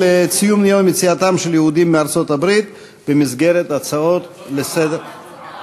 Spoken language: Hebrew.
לציון יום יציאתם של היהודים מארצות הברית במסגרת הצעות לסדר,